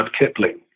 Kipling